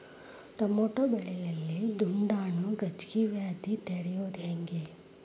Tomato ಬೆಳೆಯಲ್ಲಿ ದುಂಡಾಣು ಗಜ್ಗಿ ವ್ಯಾಧಿ ತಡಿಯೊದ ಹೆಂಗ್?